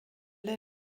der